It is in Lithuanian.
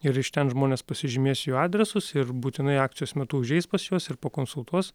ir iš ten žmonės pasižymės jų adresus ir būtinai akcijos metu užeis pas juos ir pakonsultuos